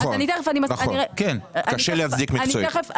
נכון, קשה להצדיק מקצועית.